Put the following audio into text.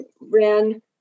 ran